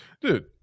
Dude